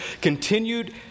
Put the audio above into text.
continued